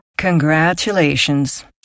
congratulations